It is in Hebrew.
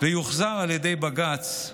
ויוחזר על ידי בג"ץ,